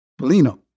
Polino